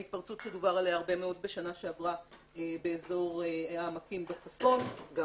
ההתפרצות שדובר עליה הרבה מאוד בשנה שעברה באזור העמקים וצפון -- גם